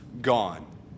gone